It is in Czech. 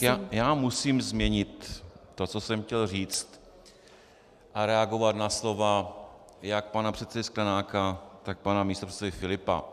Tak já musím změnit to, co jsem chtěl říct, a reagovat na slova jak pana předsedy Sklenáka, tak pana místopředsedy Filipa.